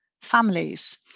families